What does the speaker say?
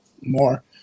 more